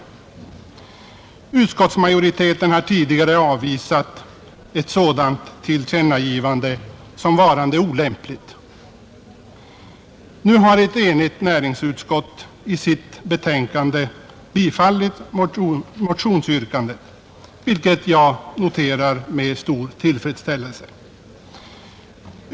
Utskottsmajoriteten har tidigare avvisat tanken på ett sådant tillkännagivande som varande olämpligt. Nu har ett enigt näringsutskott i sitt betänkande tillstyrkt motionsyrkandet, vilket jag noterar med stor tillfredsställelse.